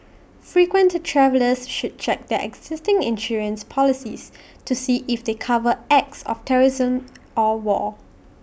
frequent travellers should check their existing insurance policies to see if they cover acts of terrorism or war